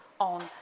on